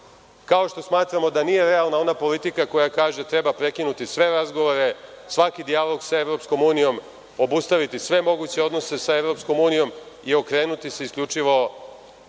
kao što smatramo da nije realna ona politika koja kaže treba prekinuti sve razgovore, svaki dijalog sa EU, obustavi sve moguće odnose sa EU i okrenuti se isključivo